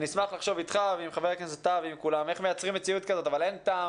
אני אשמח לדעת איך מייצרים מציאות כזאת אבל אין טעם